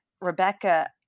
Rebecca